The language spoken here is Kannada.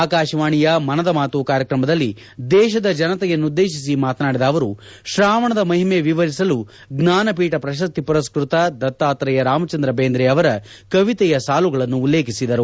ಆಕಾಶವಾಣಿಯ ಮನ್ ಕೀ ಬಾತ್ ಕಾರ್ಯಕ್ರಮದಲ್ಲಿ ದೇತದ ಜನತೆಯನ್ನುದ್ದೇತಿಸಿ ಮಾತನಾಡಿದ ಅವರು ಶ್ರಾವಣದ ಮಹಿಮೆ ವಿವರಿಸಲು ಜ್ಞಾನಪೀಠ ಪ್ರಶಸ್ತಿ ಪುರಸ್ಟತ ದತ್ತಾತ್ರೇಯ ರಾಮಚಂದ್ರ ಬೇಂದ್ರ ಅವರ ಕವಿತೆಯ ಸಾಲುಗಳನ್ನು ಉಲ್ಲೇಖಿಸಿದ್ದಾರೆ